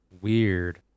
Weird